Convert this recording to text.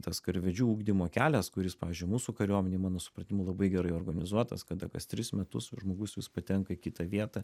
tas karvedžių ugdymo kelias kuris pavyzdžiui mūsų kariuomenėj mano supratimu labai gerai organizuotas kada kas tris metus žmogus vis patenka į kitą vietą